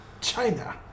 China